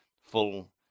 full